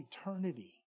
eternity